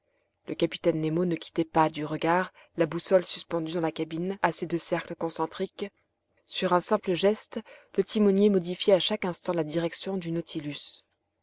le capitaine nemo ne quittait pas du regard la boussole suspendue dans la cabine à ses deux cercles concentriques sur un simple geste le timonier modifiait à chaque instant la direction du nautilus